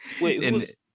Wait